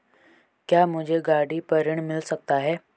क्या मुझे गाड़ी पर ऋण मिल सकता है?